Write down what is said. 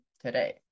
today